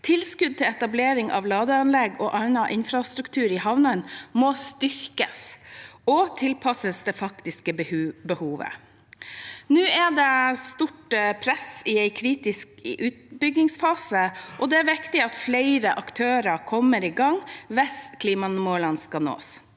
Tilskudd til etablering av ladeanlegg og annen infrastruktur i havnene må styrkes og tilpasses det faktiske behovet. Nå er det stort press i en kritisk utbyggingsfase, og det er viktig at flere aktører kommer i gang, hvis klimamålene skal nås.